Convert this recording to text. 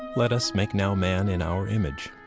let us make now man in our image,